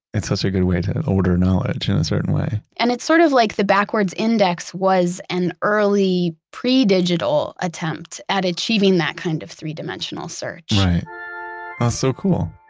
it's also a good way to order knowledge in a certain way and it's sort of like the backwards index was an early, pre-digital attempt at achieving that kind of three-dimensional search right. that's ah so cool.